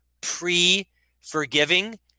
pre-forgiving